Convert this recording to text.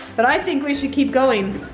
but, i think we should keep going,